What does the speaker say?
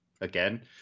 Again